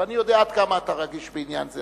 ואני יודע עד כמה אתה רגיש בעניין הזה.